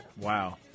Wow